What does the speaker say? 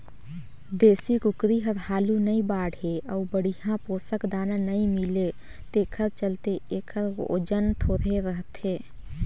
देसी कुकरी हर हालु नइ बाढ़े अउ बड़िहा पोसक दाना नइ मिले तेखर चलते एखर ओजन थोरहें रहथे